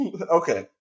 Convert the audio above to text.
Okay